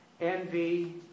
envy